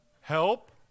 Help